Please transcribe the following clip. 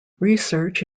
research